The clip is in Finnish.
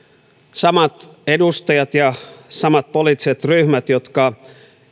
samat edustajat ja samat poliittiset ryhmät jotka